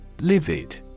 Livid